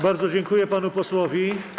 Bardzo dziękuję panu posłowi.